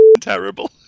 terrible